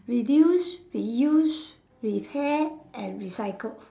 reduce reuse repair and recycle